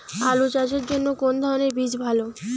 আলু চাষের জন্য কোন ধরণের বীজ ভালো?